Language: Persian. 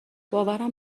باورم